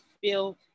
feel